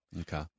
Okay